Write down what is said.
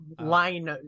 line